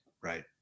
Right